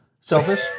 Selfish